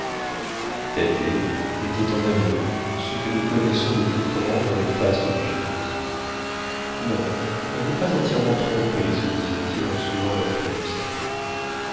thaddée était en amour ce que nous connaissons de plus grand dans les fastes du génie non elle n'est pas entièrement trompée se disait-il en suivant la fumée de sa pipe